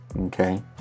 okay